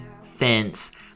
Fence